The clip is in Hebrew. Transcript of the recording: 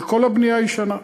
זה כל הבנייה הישנה.